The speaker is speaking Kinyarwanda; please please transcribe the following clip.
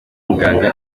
umuganga